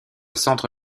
centre